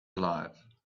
alive